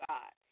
God